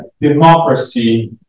democracy